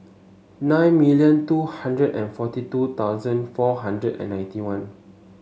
nine million two hundred and forty two thousand four hundred and ninety one